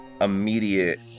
immediate